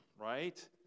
right